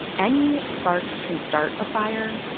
any spark can start a fire,